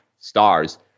stars